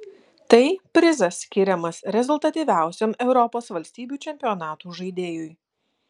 tai prizas skiriamas rezultatyviausiam europos valstybių čempionatų žaidėjui